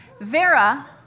Vera